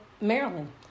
Maryland